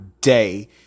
day